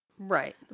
Right